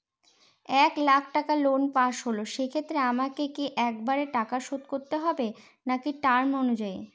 এক লাখ টাকা loan pass হল সেক্ষেত্রে আমাকে কি একবারে টাকা শোধ করতে হবে নাকি টার্ম অনুযায়ী?